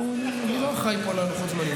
אני לא אחראי פה ללוחות הזמנים.